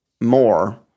more